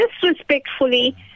disrespectfully